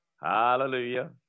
Hallelujah